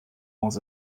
was